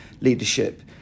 leadership